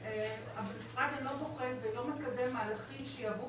המשרד אינו בוחן ואינו מקדם מהלכים שיהוו